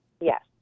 Yes